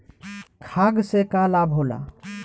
खाद्य से का लाभ होला?